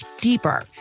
deeper